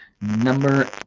Number